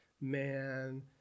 man